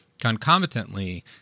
Concomitantly